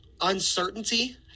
uncertainty